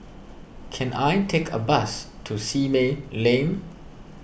can I take a bus to Simei Lane